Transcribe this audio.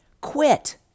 quit